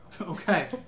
Okay